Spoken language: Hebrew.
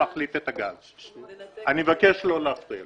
אני לא חושב שאני מקלקל אותה.